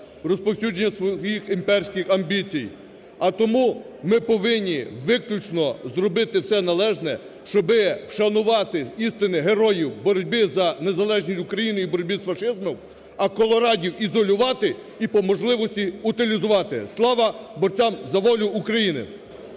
розповсюдження своїх імперських амбіцій. А тому ми повинні виключно зробити все належне, щоб вшанувати істинних героїв в боротьбі за незалежність України і в боротьбі з фашизмом, а "колорадів" ізолювати і по можливості утилізувати. Слава борцям за волю України!